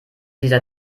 dieser